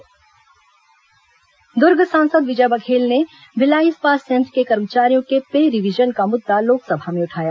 लोकसभा विजय बघेल दर्ग सांसद विजय बघेल ने भिलाई इस्पात संयंत्र के कर्मचारियों के पे रिवीजन का मुद्दा लोकसभा में उठाया